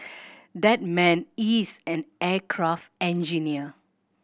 that man is an aircraft engineer